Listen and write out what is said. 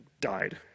died